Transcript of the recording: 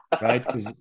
Right